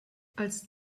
als